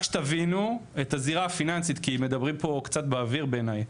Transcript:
רק שתבינו את הזירה הפיננסית כי מדברים פה קצת באוויר בעיני.